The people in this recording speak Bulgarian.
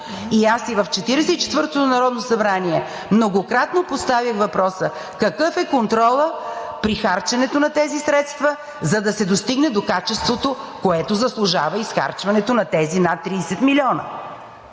и четвъртото народно събрание многократно поставях въпроса какъв е контролът при харченето на тези средства, за да се достигне до качеството, което заслужава изхарчването на тези над 30 милиона?